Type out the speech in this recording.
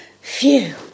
Phew